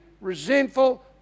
resentful